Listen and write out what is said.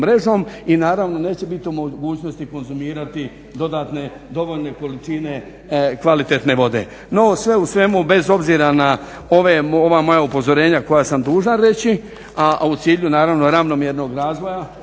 i naravno neće biti u mogućnosti konzumirati dodatne dovoljne količine kvalitetne vode. No, sve u svemu bez obzira na ove, ova moja upozorenja koja sam dužan reći a u cilju naravno ravnomjernog razvoja